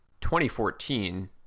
2014